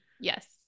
Yes